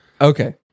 Okay